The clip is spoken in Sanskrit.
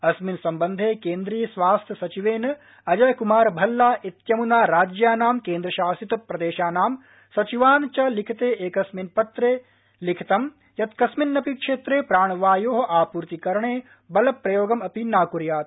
अस्मिन् सम्बन्धे केन्द्रीय स्वास्थ्य सचिवेन अजय कुमार भल्ला इत्यमुना राज्यानां केन्द्रशासितप्रदेशानां सचिवान् लिखिते एकस्मिन् पत्रे लिखितं यत् करिन्नापि क्षेत्रे प्राणवायोः आपूर्तिकरणे बलप्रयोगमपि न कर्यात्